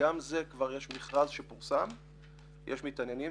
וגם כאן יש מכרז שפורסם ויש מתעניינים.